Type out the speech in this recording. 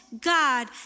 God